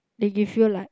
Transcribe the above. they give you like